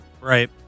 Right